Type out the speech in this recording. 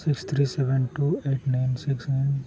six three seven two eight nine six nine